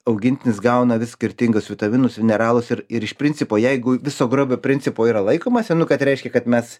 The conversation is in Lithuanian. augintinis gauna vis skirtingus vitaminus mineralus ir ir iš principo jeigu viso grobio principo yra laikomasi nu kad reiškia kad mes